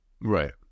Right